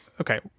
Okay